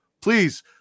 please